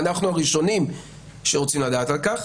ואנחנו הראשונים שרוצים לדעת על-כך.